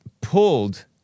pulled